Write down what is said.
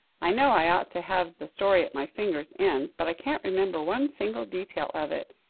i know i ought to have the story at my fingers' ends, but i can't remember one single detail of it,